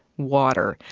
water.